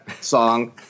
song